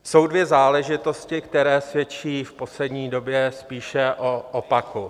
Jsou dvě záležitosti, které svědčí v poslední době spíše o opaku.